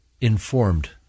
informed